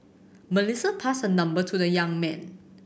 Melissa passed her number to the young man